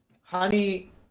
honey